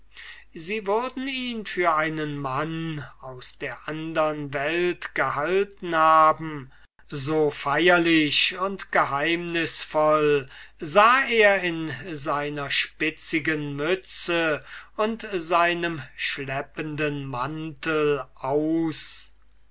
sie würden ihn für einen mann aus der andern welt gehalten haben so feierlich und geheimnisvoll sah er in seiner spitzigen mütze und in seinem schleppenden mantel aus